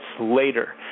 later